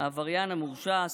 העבריין המורשע,